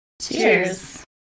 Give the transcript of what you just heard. Cheers